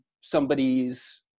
somebody's